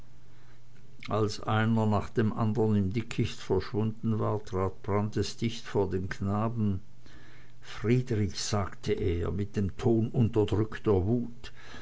als einer nach dem andern im dickicht verschwunden war trat brandis dicht vor den knaben friedrich sagte er mit dem ton unterdrückter wut